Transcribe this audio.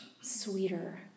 sweeter